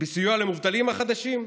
בסיוע למובטלים החדשים?